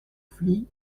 flies